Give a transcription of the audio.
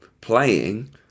playing